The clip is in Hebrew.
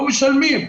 לא משלמים.